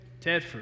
Tedford